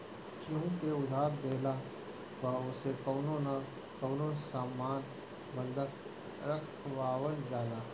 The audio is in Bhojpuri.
केहू के उधार देहला पअ ओसे कवनो न कवनो सामान बंधक रखवावल जाला